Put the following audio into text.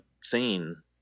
scene